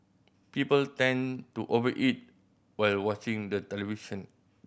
people tend to over eat while watching the television